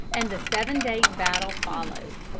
and the seven days' battle followed.